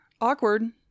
Awkward